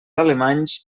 alemanys